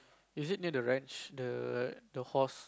is it near the ranch the the horse